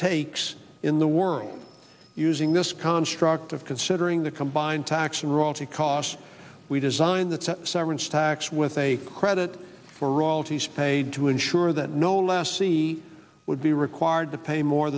takes in the world using this construct of considering the combined tax and royalty costs we design the severance tax with a credit for all these paid to ensure that no less c would be required to pay more